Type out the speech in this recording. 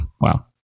Wow